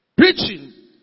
Preaching